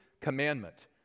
commandment